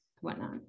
whatnot